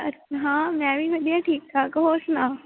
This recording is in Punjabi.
ਹਾਂ ਮੈਂ ਵੀ ਵਧੀਆ ਠੀਕ ਠਾਕ ਹੋਰ ਸੁਣਾਓ